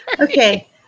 Okay